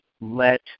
let